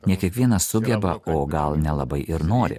ne kiekvienas sugeba o gal nelabai ir nori